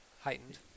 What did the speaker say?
Heightened